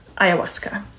ayahuasca